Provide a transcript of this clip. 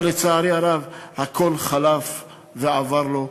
אבל לצערי הרב הכול חלף ועבר לו,